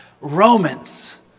Romans